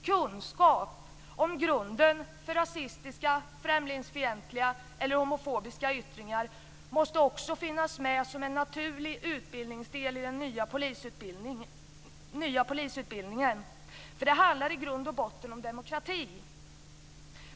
Kunskap om grunden för rasistiska, främlingsfientliga eller homofobiska yttringar måste också finnas med som en naturlig utbildningsdel i den nya polisutbildningen. För det handlar i grund och botten om demokrati.